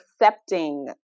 accepting